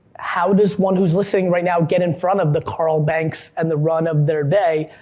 how does one who's listening right now get in front of the carl banks and the run of their day,